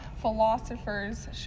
Philosophers